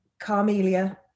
carmelia